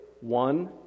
one